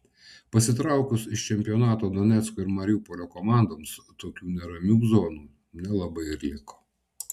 pasitraukus iš čempionato donecko ir mariupolio komandoms tokių neramių zonų nelabai ir liko